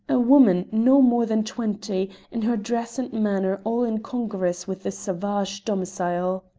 a woman no more than twenty, in her dress and manner all incongruous with this savage domicile.